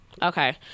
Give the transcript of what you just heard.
Okay